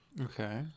okay